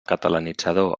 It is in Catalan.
catalanitzador